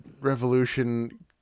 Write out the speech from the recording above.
revolution